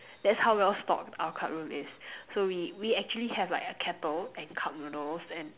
that's how well stocked our club room is so we we actually have like a kettle and cup noodles and